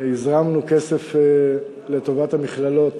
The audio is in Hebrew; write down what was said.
הזרמנו כסף לטובת המכללות